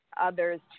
others